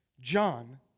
John